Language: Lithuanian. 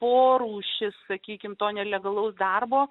o rūšis sakykime to nelegalaus darbo